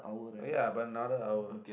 oh ya about another hour